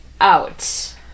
out